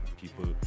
people